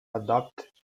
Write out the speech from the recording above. adopt